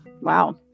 Wow